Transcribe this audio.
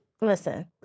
Listen